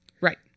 Right